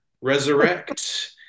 resurrect